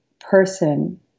person